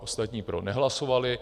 Ostatní pro nehlasovali.